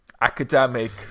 academic